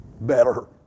Better